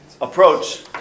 approach